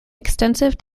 extensive